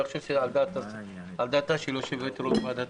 אני חושב שעל דעתה של יושבת ראש ועדת